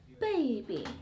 baby